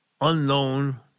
unknown